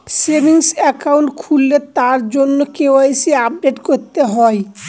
savings account খুললে তার জন্য কে.ওয়াই.সি আপডেট করতে হয়